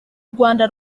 rwanda